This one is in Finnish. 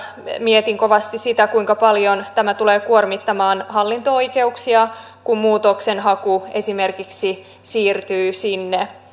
mietin kovasti sitä kuinka paljon tämä tulee kuormittamaan hallinto oikeuksia kun muutoksenhaku esimerkiksi siirtyy sinne